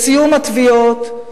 בסיום התביעות,